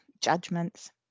judgments